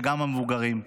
וגם המבוגרים.